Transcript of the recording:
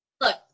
Look